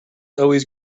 always